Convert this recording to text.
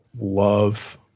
love